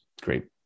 great